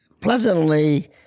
pleasantly